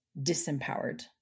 disempowered